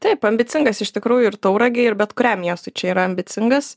taip ambicingas iš tikrųjų ir tauragei ir bet kuriam miestui čia yra ambicingas